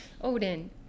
Odin